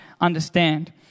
understand